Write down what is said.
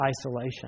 isolation